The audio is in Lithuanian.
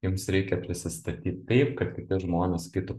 jums reikia prisistatyt taip kad kiti žmonės sakytų